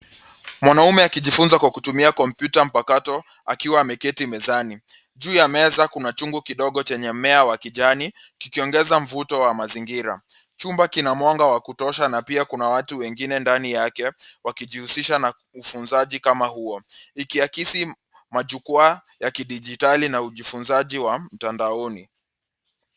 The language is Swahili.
Mwanaume akijifunza kwa kutumia kompyuta mpakato akiwa meketi mezani. Juu ya meza kuna chungu kidogo chenye mmea wa kijani kikiongeza mvuto wa mazingira. Chumba kina mwanga wa kutosha na pia kuna watu wengine ndani yake wakijihusisha na ufunzaji kama huo, ikiakisi majukwaa ya kidijitali na ujifunzaji wa mtandaoni.